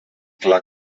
clar